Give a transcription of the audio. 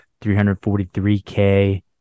343K